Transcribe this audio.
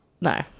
no